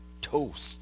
toast